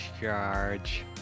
charge